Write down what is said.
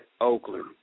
Oakland